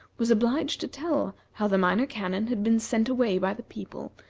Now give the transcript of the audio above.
was obliged to tell how the minor canon had been sent away by the people,